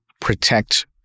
protect